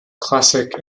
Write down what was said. classic